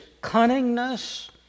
cunningness